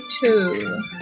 two